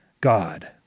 God